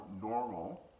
normal